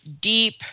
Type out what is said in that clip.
deep